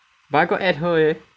but I got add her eh